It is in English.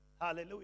Hallelujah